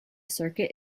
circuit